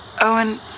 Owen